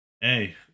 Hey